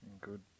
Good